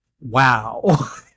Wow